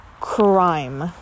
crime